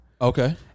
Okay